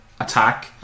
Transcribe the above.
attack